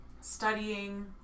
studying